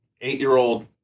eight-year-old